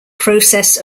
process